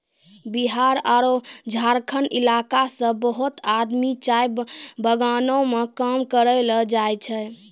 बिहार आरो झारखंड इलाका सॅ बहुत आदमी चाय बगानों मॅ काम करै ल जाय छै